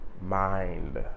mind